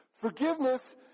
Forgiveness